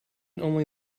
only